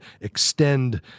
extend